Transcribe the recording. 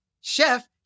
chef